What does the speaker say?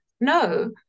no